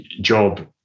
job